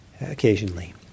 Occasionally